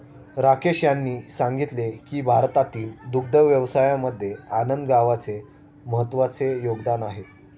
राकेश यांनी सांगितले की भारतातील दुग्ध व्यवसायामध्ये आनंद गावाचे महत्त्वाचे योगदान आहे